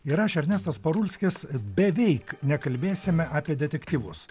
ir aš ernestas parulskis beveik nekalbėsime apie detektyvus